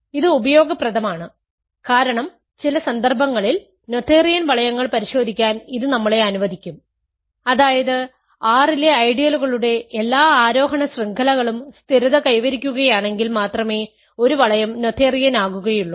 ഇത് ഉപയോഗപ്രദമാണ് കാരണം ചില സന്ദർഭങ്ങളിൽ നോഥേറിയൻ വളയങ്ങൾ പരിശോധിക്കാൻ ഇത് നമ്മളെ അനുവദിക്കും അതായത് R ലെ ഐഡിയലുകളുടെ എല്ലാ ആരോഹണ ശൃംഖലകളും സ്ഥിരത കൈവരിക്കുകയാണെങ്കിൽ മാത്രമേ ഒരു വളയം നോതേറിയൻ ആകുകയുള്ളൂ